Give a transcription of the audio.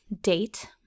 date